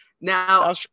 Now